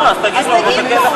לא, אז תגידו, מה אתה קופץ?